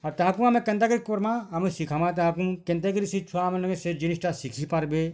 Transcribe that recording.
ଆଉ ତାକୁ ଆମେ କେନ୍ତା କିର୍ କରମା ଆମେ ଶିଖାମା ତାହାକୁ କେନ୍ତା କିରି ସେ ଛୁଆ ମାନେ ସେଇ ଜିନିଷ୍ ଟା ଶିଖି ପାରବେ